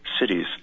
cities